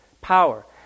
power